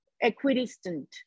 equidistant